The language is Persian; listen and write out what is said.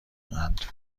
قند